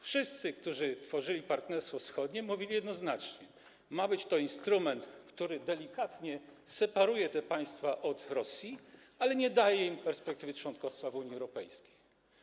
Wszyscy, którzy tworzyli Partnerstwo Wschodnie, mówili jednoznacznie: ma to być instrument, który delikatnie separuje te państwa od Rosji, ale nie daje im perspektywy członkostwa w Unii Europejskiej.